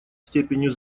степенью